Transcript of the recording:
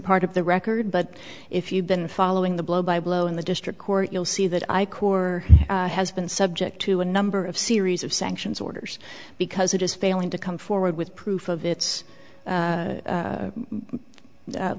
part of the record but if you've been following the blow by blow in the district court you'll see that i corps has been subject to a number of series of sanctions orders because it is failing to come forward with proof of its